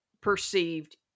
perceived